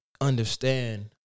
understand